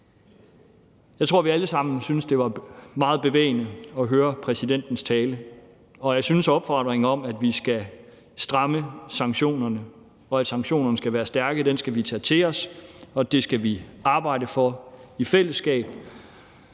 Jeg tror, vi alle sammen synes, det var meget bevægende at høre præsidentens tale, og jeg synes, opfordringen om, at vi skal stramme sanktionerne, og at sanktionerne skal være stærke, skal vi tage til os, og det skal vi arbejde for i fællesskab,